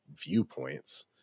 viewpoints